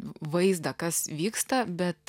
vaizdą kas vyksta bet